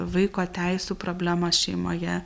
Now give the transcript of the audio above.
vaiko teisių problemos šeimoje